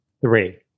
Three